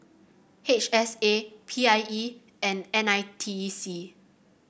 H S A P I E and N I T E C